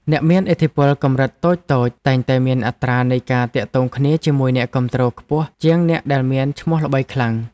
អ្នកមានឥទ្ធិពលកម្រិតតូចៗតែងតែមានអត្រានៃការទាក់ទងគ្នាជាមួយអ្នកគាំទ្រខ្ពស់ជាងអ្នកដែលមានឈ្មោះល្បីខ្លាំង។